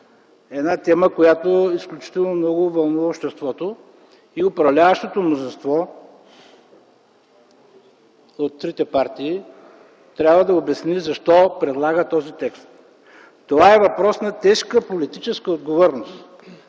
Една тема, която изключително много вълнува обществото и управляващото мнозинство от трите партии трябва да обясни защо предлага този текст. Това е въпрос на тежка политическа отговорност.